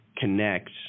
connect